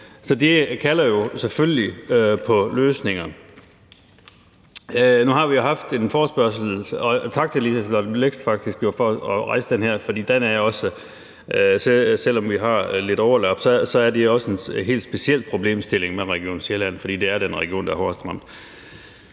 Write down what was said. Så det kalder jo selvfølgelig på løsninger. Nu har vi jo haft en forespørgsel, men tak til fru Liselott Blixt for jo faktisk at rejse den her – selv om vi har lidt overlap – for der er en helt speciel problemstilling med Region Sjælland, fordi det er den region, der er hårdest ramt.